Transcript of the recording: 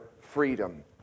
freedom